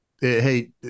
hey